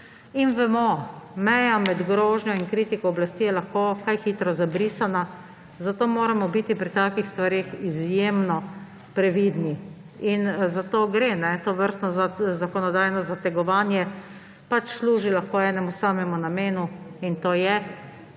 Vemo, da meja med grožnjo in kritiko oblasti je lahko kaj hitro zabrisana, zato moramo biti pri takih stvareh izjemno previdni. In za to gre. Tovrstno zakonodajno zategovanje služi lahko enemu samemu namenu, in to je